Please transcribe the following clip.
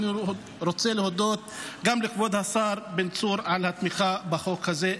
אני רוצה להודות גם לכבוד השר בן צור על התמיכה בחוק הזה.